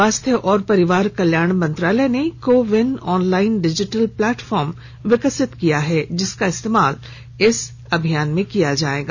स्वास्थ्य और परिवार कल्याण मंत्रालय ने CoWIN online digital platform विकसित किया है जिसका इस्तेमाल इस अभियान में किया जाएगा